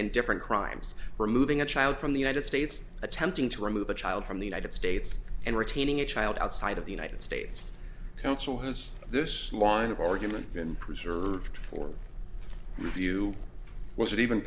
and different crimes removing a child from the united states attempting to remove a child from the united states and retaining a child outside of the united states counsel has this long of argument been preserved for review was even